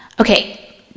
Okay